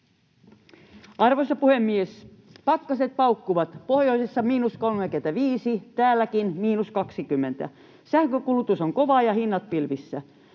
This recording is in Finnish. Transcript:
Arvoisa puhemies! Pakkaset paukkuvat, pohjoisessa ‑35, täälläkin ‑20. Sähkönkulutus on kovaa ja hinnat pilvissä.